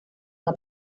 una